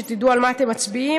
שתדעו על מה אתם מצביעים,